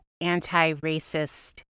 anti-racist